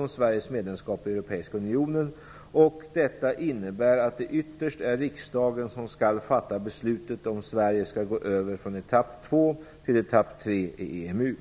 om Sveriges medlemskap i Europeiska unionen, och detta innebär att det ytterst är riksdagen som skall fatta beslutet om ifall Sverige skall gå över från etapp 2 till etapp 3 i EMU.